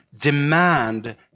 demand